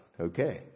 Okay